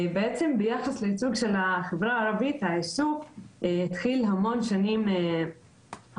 בעצם ביחס לייצוג של החברה הערבית העיסוק התחיל המון שנים אחורה,